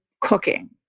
cooking